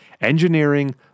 engineering